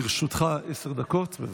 בבקשה, לרשותך עשר דקות.